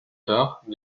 tard